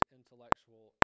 intellectual